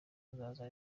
bazazana